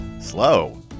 slow